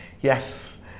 Yes